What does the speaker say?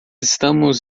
estamos